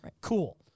Cool